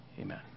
amen